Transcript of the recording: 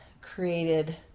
created